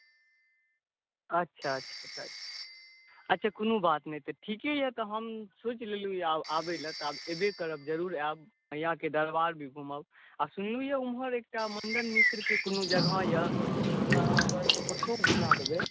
अच्छा अच्छा कोनो बात नहि ठीके यऽ तऽ हम सोच लेलहुँ आबैलए तऽ अयबे करब जरूर आयब मइयाके दरबार भी घुमब आ सुनलहुँ हँ उम्हर एकटा मण्डन मिश्रके कोनो जगह यऽ तऽ हमरा अगर ओतौ घुमा देबै